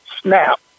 snap